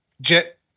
Jet